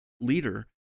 leader